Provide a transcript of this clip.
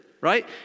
right